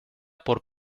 por